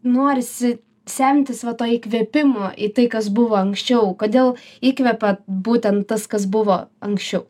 norisi semtis va to įkvėpimo į tai kas buvo anksčiau kodėl įkvepia būtent tas kas buvo anksčiau